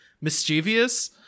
mischievous